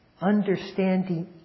Understanding